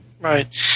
Right